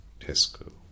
Tesco